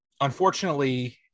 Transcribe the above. Unfortunately